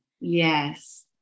Yes